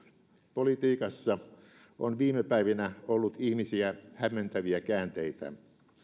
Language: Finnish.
politiikassa on viime päivinä ollut ihmisiä hämmentäviä käänteitä